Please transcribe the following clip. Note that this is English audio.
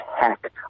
heck